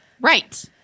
Right